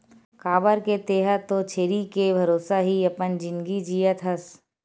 काबर के तेंहा तो छेरी के भरोसा ही अपन जिनगी जियत हस